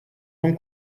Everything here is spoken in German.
von